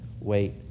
wait